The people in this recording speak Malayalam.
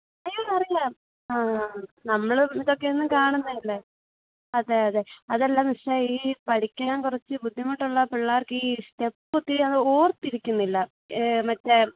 അയ്യോ അറിയാം ആ ആ നമ്മൾ ഇതൊക്കെ എന്നും കാണുന്നത് അല്ലേ അതെ അതെ അതല്ല മിസ്സേ ഈ പഠിക്കാൻ കുറച്ച് ബുദ്ധിമുട്ടുള്ള പിള്ളേർക്ക് ഈ സ്റ്റപ്പ് തീരെ അങ്ങ് ഓർത്തിരിക്കുന്നില്ല മറ്റേ